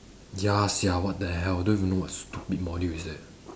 ya sia what the hell don't even know what stupid module is that